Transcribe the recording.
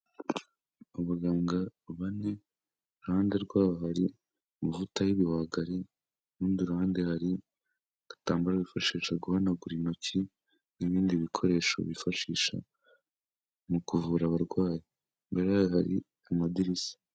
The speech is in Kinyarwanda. Abaganga bane, iruhande rwabo hari amavuta y'ibihwagari, ku rundi ruhande hari agatambaro bifashisha guhanagura intoki n'ibindi bikoresho bifashisha mu kuvura abarwayi, imbere yaho hari amadirishya.